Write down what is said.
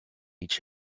each